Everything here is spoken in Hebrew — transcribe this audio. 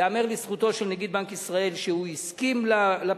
ייאמר לזכותו של נגיד בנק ישראל שהוא הסכים לפשרה,